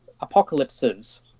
apocalypses